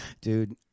Dude